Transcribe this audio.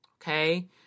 okay